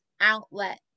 outlet